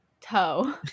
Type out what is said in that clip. toe